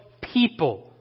people